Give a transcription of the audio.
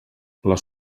les